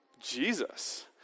Jesus